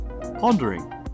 pondering